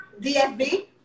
DFB